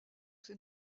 ses